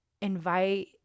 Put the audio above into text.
invite